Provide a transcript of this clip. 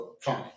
fine